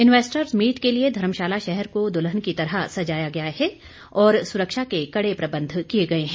investors meet के लिए धर्मशाला शहर को दुल्हन की तरह सजाया गया है और सुरक्षा के कड़े प्रबंध किए गए हैं